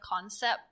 concept